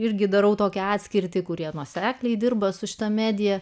irgi darau tokią atskirtį kurie nuosekliai dirba su šita medija